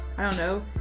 i don't know.